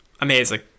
amazing